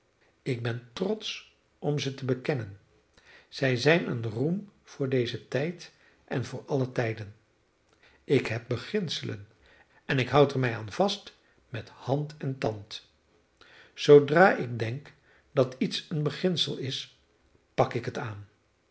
ik ben trotsch om ze te bekennen zij zijn een roem voor dezen tijd en voor alle tijden ik heb beginselen en ik houd er mij aan vast met hand en tand zoodra ik denk dat iets een beginsel is pak ik het aan